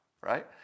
right